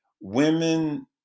Women